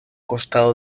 costado